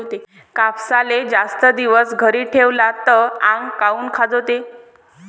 कापसाले जास्त दिवस घरी ठेवला त आंग काऊन खाजवते?